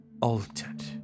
altered